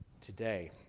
today